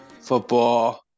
Football